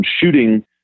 shooting